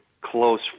close